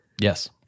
yes